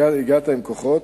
הגעת עם כוחות,